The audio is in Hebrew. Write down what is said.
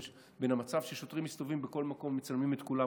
המצב ששוטרים מסתובבים במקום ומצלמים את כולם,